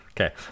Okay